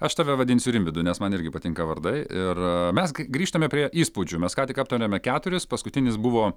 aš tave vadinsiu rimvydu nes man irgi patinka vardai ir mes grįžtame prie įspūdžių mes ką tik aptarėme keturis paskutinis buvo